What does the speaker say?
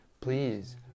please